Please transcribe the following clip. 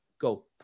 go